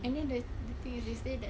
and then the the thing is they say that